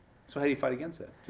so how do you fight against that?